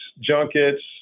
junkets